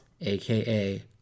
aka